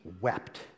wept